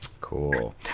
Cool